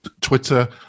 Twitter